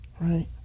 Right